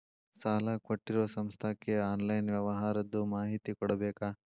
ಸಾಲಾ ಕೊಟ್ಟಿರೋ ಸಂಸ್ಥಾಕ್ಕೆ ಆನ್ಲೈನ್ ವ್ಯವಹಾರದ್ದು ಮಾಹಿತಿ ಕೊಡಬೇಕಾ?